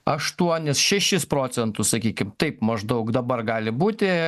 aštuonis šešis procentus sakykim taip maždaug dabar gali būti